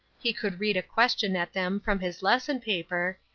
he could read a question at them from his lesson paper,